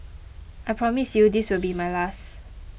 I promise you this will be my last